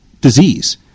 disease